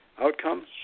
outcome